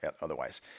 otherwise